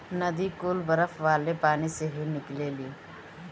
नदी कुल बरफ वाले पानी से ही निकलेली